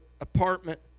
apartment